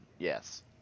Yes